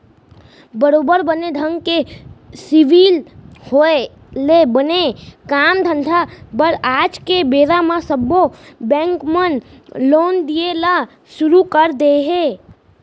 बरोबर बने ढंग के सिविल होय ले बने काम धंधा बर आज के बेरा म सब्बो बेंक मन लोन दिये ल सुरू कर दिये हें